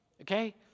okay